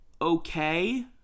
Okay